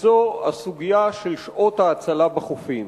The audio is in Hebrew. וזו הסוגיה של שעות ההצלה בחופים.